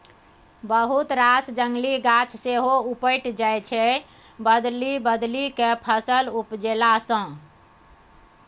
बहुत रास जंगली गाछ सेहो उपटि जाइ छै बदलि बदलि केँ फसल उपजेला सँ